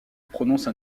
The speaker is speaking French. prononce